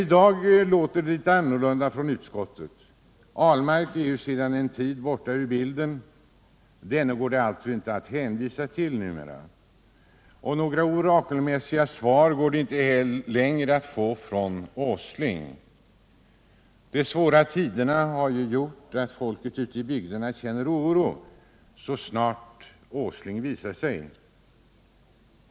I dag låter det litet annorlunda från utskottet. Ahlmark är ju sedan en tid borta ur bilden. Denne går det alltså inte att hänvisa till numera. Några orakelmässiga svar går det inte längre att få från Åsling. De svåra tiderna har gjort att folket ute i bygderna känner oro så snart Åsling visar sig.